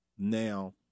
Now